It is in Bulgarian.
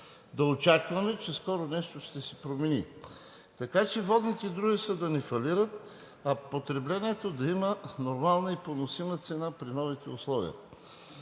да очакваме, че скоро нещо ще се промени, така че водните дружества да не фалират, а потреблението да има нормална и поносима цена при новите условия.